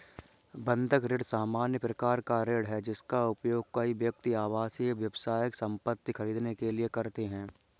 बंधक ऋण सामान्य प्रकार का ऋण है, जिसका उपयोग कई व्यक्ति आवासीय, व्यावसायिक संपत्ति खरीदने के लिए करते हैं